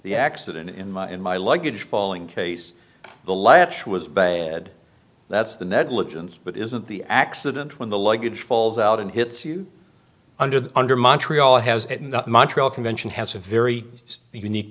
the accident in my in my luggage balling case the latch was bad that's the negligence but isn't the accident when the luggage falls out and hits you under the under montreal has it and the montreal convention has a very unique